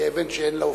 כאבן שאין לה הופכין,